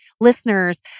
listeners